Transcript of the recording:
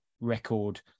record